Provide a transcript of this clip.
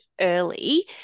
early